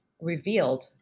revealed